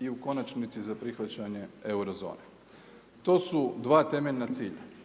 i u konačnici za prihvaćanje euro zone. To su dva temeljna cilja,